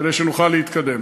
כדי שנוכל להתקדם.